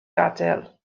gadael